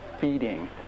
feeding